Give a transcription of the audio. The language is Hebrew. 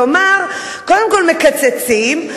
כלומר קודם כול מקצצים,